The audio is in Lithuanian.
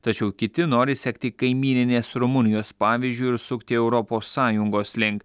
tačiau kiti nori sekti kaimyninės rumunijos pavyzdžiu ir sukti europos sąjungos link